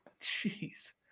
Jeez